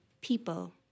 people